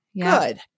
Good